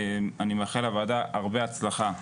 אני מאחל לוועדה הרבה הצלחה,